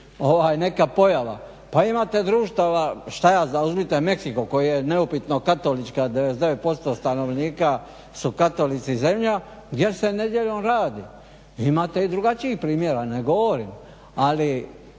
neka pojava. Pa imate društava šta ja znam uzmite Meksiko koji je neupitno katolička 99% stanovnika su katolici zemlja, gdje se nedjeljom radi. Imate i drugačijih primjera, ne govorim. Ali